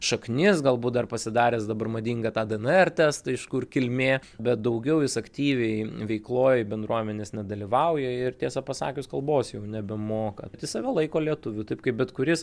šaknis galbūt dar pasidaręs dabar madinga tą dnr testą iš kur kilmė bet daugiau jis aktyviai veikloj bendruomenės nedalyvauja ir tiesą pasakius kalbos jau nebemoka bet jis save laiko lietuviu taip kaip bet kuris